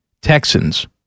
Texans